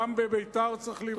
גם בביתר צריך לבנות,